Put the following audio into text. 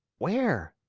where?